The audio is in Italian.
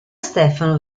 stefano